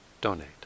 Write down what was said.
donate